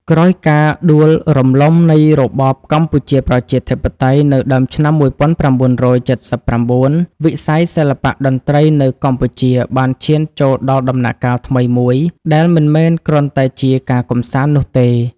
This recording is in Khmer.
ក្រោយការដួលរំលំនៃរបបកម្ពុជាប្រជាធិបតេយ្យនៅដើមឆ្នាំ ១៩៧៩ វិស័យសិល្បៈតន្ត្រីនៅកម្ពុជាបានឈានចូលដល់ដំណាក់កាលថ្មីមួយ ដែលមិនមែនគ្រាន់តែជាការកម្សាន្តនោះទេ។